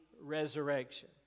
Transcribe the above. resurrection